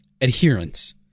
Adherence